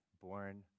born